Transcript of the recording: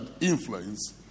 influence